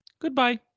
Goodbye